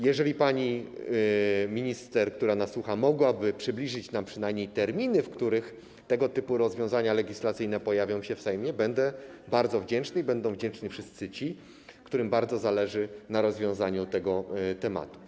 Jeżeli pani minister, która nas słucha, mogłaby przybliżyć nam przynajmniej terminy, w których tego typu rozwiązania legislacyjne pojawią się w Sejmie, będę bardzo wdzięczny i będą wdzięczni wszyscy ci, którym bardzo zależy na przybliżeniu tego tematu.